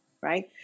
right